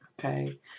Okay